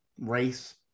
race